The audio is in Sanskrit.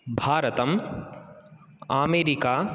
भारतम् अमेरिका